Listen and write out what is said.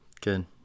Good